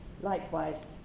Likewise